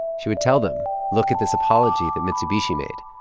she would tell them look at this apology that mitsubishi made.